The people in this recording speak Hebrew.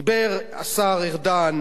דיבר השר ארדן